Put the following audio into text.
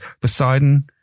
Poseidon